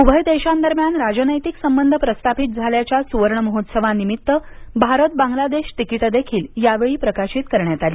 उभय देशांदरम्यान राजनैतिक संबंध प्रस्थापित झाल्याच्या सुवर्ण महोत्सवानिमित्त भारत बांग्लादेश तिकीटं देखील यावेळी प्रकाशित करण्यात आली